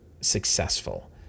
successful